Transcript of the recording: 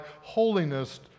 holiness